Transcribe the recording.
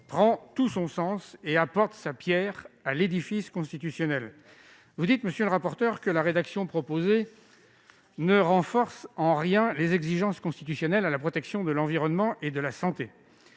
prend tout son sens et apporte sa pierre à l'édifice constitutionnel. Vous dites, monsieur le rapporteur, que la rédaction proposée ne renforce en rien les exigences constitutionnelles en matière de protection de l'environnement et de la santé.